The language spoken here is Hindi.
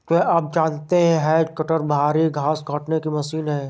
क्या आप जानते है हैज कटर भारी घांस काटने की मशीन है